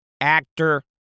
actor